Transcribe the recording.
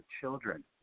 children